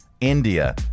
India